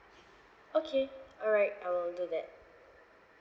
okay alright I will do that